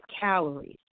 calories